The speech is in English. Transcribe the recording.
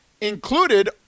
included –